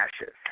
ashes